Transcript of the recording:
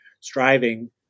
striving